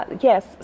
Yes